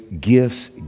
gifts